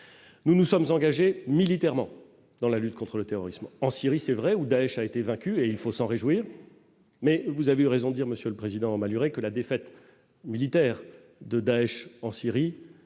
nous nous sommes engagés militairement dans la lutte contre le terrorisme en Syrie, c'est vrai, ou Daech a été vaincu et il faut s'en réjouir mais vous avez raison, dire : Monsieur le Président Malhuret que la défaite militaire de Daech en Syrie